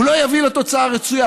הוא לא יביא לתוצאה הרצויה.